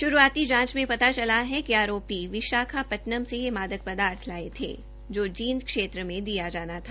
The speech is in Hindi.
शुरूआती जांच में पता चला है कि विशाखापट्टनम से ये मादक पदार्थ लाये थे जो र्जीद क्षेत्र में दिया जाना था